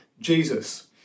Jesus